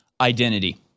identity